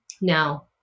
No